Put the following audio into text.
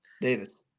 Davis